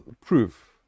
proof